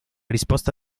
risposta